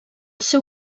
seu